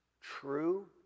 true